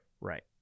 Right